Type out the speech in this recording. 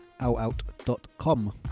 OutOut.com